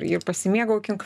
ir pasimėgaukim